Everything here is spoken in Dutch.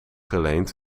geleend